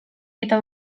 eta